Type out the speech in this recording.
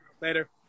Later